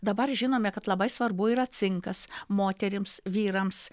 dabar žinome kad labai svarbu yra cinkas moterims vyrams